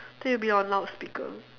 then it'll be on loudspeaker